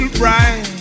bright